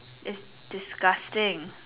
it's disgusting